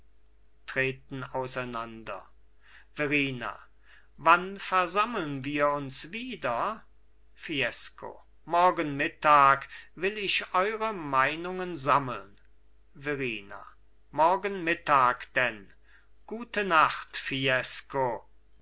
treten auseinander verrina wann versammeln wir uns wieder fiesco morgen mittag will ich eure meinungen sammeln verrina morgen mittag denn gute nacht fiesco